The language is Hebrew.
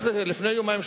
לפני יומיים,